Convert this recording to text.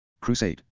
Crusade